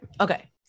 okay